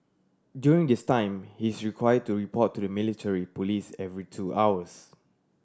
during this time he is required to report to the military police every two hours